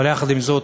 יחד עם זאת,